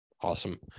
awesome